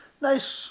Nice